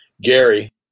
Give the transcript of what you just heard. Gary